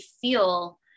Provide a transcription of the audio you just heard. feel